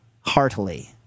heartily